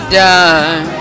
done